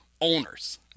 owners